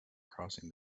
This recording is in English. crossing